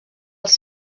els